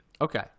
Okay